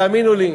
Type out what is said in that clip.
תאמינו לי.